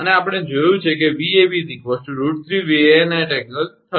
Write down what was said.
અને આપણે જોયું છે કે 𝑉𝑎𝑏√3𝑉𝑎𝑛∠30°